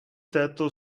této